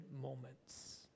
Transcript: moments